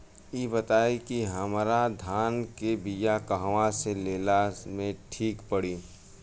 इ बताईं की हमरा धान के बिया कहवा से लेला मे ठीक पड़ी?